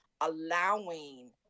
allowing